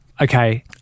Okay